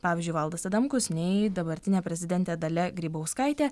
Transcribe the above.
pavyzdžiui valdas adamkus nei dabartinė prezidentė dalia grybauskaitė